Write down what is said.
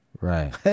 Right